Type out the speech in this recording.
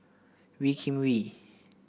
Wee Kim Wee